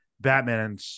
Batman